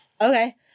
Okay